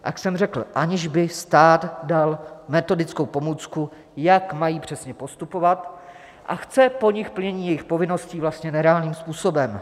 Jak jsem řekl, aniž by stát dal metodickou pomůcku, jak mají přesně postupovat, a chce po nich plnění jejich povinností vlastně nereálným způsobem.